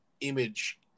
image